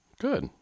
Good